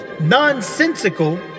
nonsensical